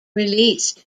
released